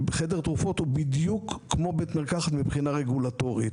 חדר תרופות הוא בדיוק כמו בית מרקחת מבחינה רגולטורית.